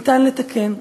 ניתן לתקן.